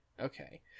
Okay